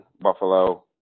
Buffalo